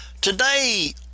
Today